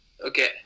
Okay